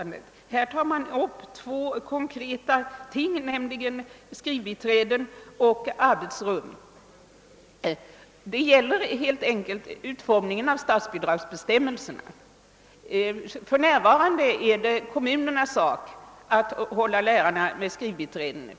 Reservanterna tar nu upp två konkreta ting, nämligen frågan om skrivbiträden och frågan om arbetsrum. Men här gäller det helt enkelt statsbidragsbestämmelsernas utformning. För närvarande är det kommunernas uppgift att hålla lärarna med skrivbiträden.